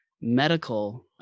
medical